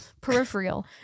Peripheral